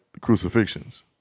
crucifixions